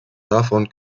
davon